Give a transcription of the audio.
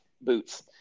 boots